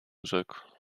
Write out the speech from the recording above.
rzekł